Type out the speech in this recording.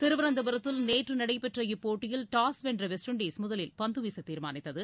திருவனந்தபுரத்தில் நேற்று நடைபெற்ற இப்போட்டியில் டாஸ் வென்ற வெஸ்ட் இண்டீஸ் முதலில் பந்து வீசத் தீர்மானித்தது